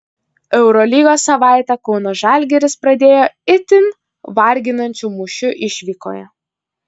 eurolygos savaitę kauno žalgiris pradėjo itin varginančiu mūšiu išvykoje